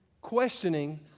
Questioning